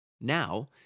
Now